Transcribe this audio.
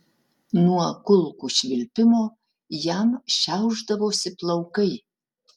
nuo kulkų švilpimo jam šiaušdavosi plaukai